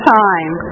time